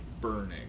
burning